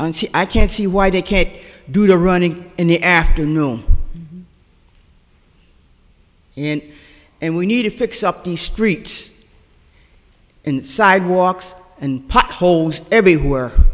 i can't see why they can't do the running in the afternoon and we need to fix up the street sidewalks and potholes everywhere